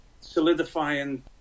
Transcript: solidifying